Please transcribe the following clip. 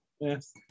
yes